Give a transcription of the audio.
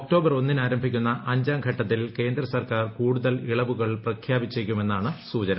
October ഒന്നിന് ആരംഭിക്കുന്ന അഞ്ചാം പ്ലെട്ടത്തിൽ കേന്ദ്ര സർക്കാർ കൂടുതൽ ഇളവുകൾ പ്രഖ്യാപിച്ചേക്കുമെന്നാണ് സൂചന